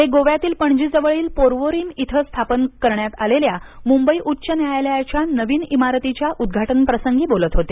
ते गोव्यातील पणजी जवळील पोर्वोरीम इथं स्थापन करण्यात आलेल्या मुंबई उच्च न्यायालयाच्या नवीन इमारतीच्या उद्घाटन प्रसंगी बोलत होते